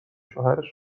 شوهرش